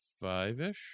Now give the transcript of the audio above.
five-ish